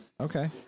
Okay